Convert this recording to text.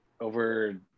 over